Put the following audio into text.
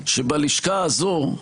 שבלשכה הזאת,